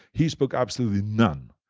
he spoke absolutely none.